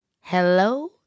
Hello